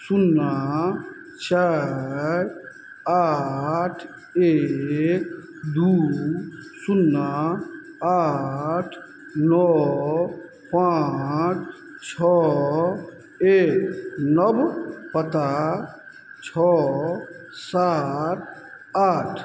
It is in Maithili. सुन्ना चारि आठ एक दुइ सुन्ना आठ नओ पाँच छओ एक नव पता छओ सात आठ